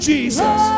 Jesus